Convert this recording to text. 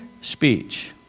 speech